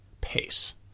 pace